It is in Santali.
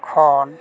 ᱠᱷᱚᱱ